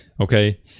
Okay